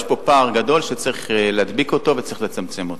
יש פה פער גדול שצריך להדביק אותו וצריך לצמצם אותו.